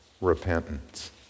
repentance